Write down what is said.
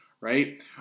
right